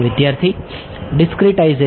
વિદ્યાર્થી ડિસક્રીટાઈઝેશન